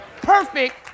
perfect